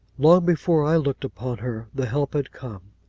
long before i looked upon her, the help had come.